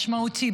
משמעותי,